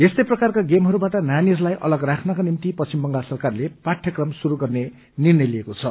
यस्तै प्रकारका गूमहरूबाट नानीहरूलाई अलग राख्नका निम्ति पश्चिम बंगाल सरकारले पाठयक्रम शुरू गर्ने निर्णय लिएको छ